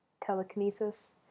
telekinesis